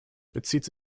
bezieht